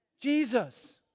Jesus